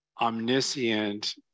omniscient